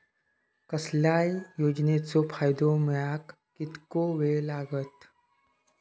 कसल्याय योजनेचो फायदो मेळाक कितको वेळ लागत?